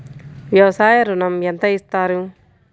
వ్యవసాయ ఋణం ఎంత ఇస్తారు?